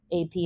AP